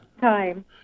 time